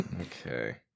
okay